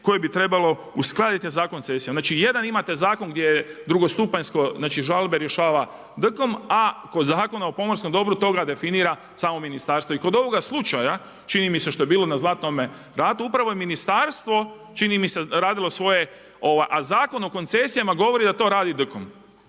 koje bi trebalo uskladiti za koncesije. Znači jedan imate zakon gdje drugostupanjsko, znači žalbe rješava DKM, a kod Zakona o pomorskom dobru to ga definira samo ministarstvo. I kod ovoga slučaja čini mi se što je bilo na Zlatnome ratu upravo je ministarstvo čini mi se radilo svoje, a Zakon o koncesijama govori da to radi DKM.